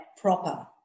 proper